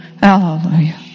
Hallelujah